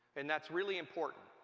and that's really important.